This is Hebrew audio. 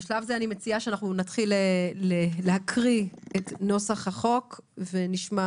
בשלב זה אני מציעה שנתחיל להקריא את נוסח החוק ונשמע,